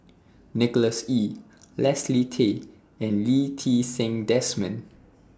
Nicholas Ee Leslie Tay and Lee Ti Seng Desmond